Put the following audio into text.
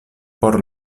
por